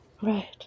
Right